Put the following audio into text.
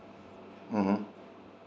mm hmm